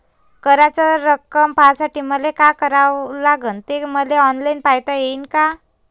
कराच रक्कम पाहासाठी मले का करावं लागन, ते मले ऑनलाईन पायता येईन का?